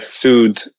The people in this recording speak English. sued